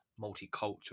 multicultural